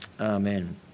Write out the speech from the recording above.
amen